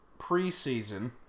preseason